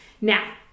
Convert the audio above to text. Now